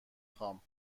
خوام